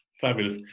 Fabulous